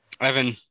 Evan